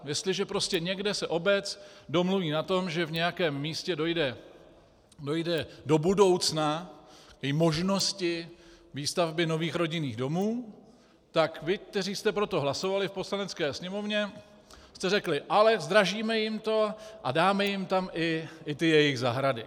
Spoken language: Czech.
Jestliže prostě někde se obec domluví na tom, že v nějakém místě dojde do budoucna i k možnosti výstavby nových rodinných domů, tak vy, kteří jste pro to hlasovali v Poslanecké sněmovně, jste řekli: ale zdražíme jim to a dáme jim tam i ty jejich zahrady.